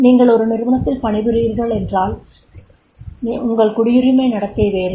நீங்கள் ஒரு நிறுவனத்தில் பணிபுரிகிறீர்கள் என்றால் உங்கள் குடியுரிமை நடத்தை வேறு